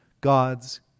God's